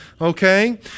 Okay